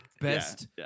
best